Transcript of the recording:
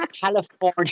California